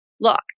Look